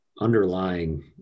underlying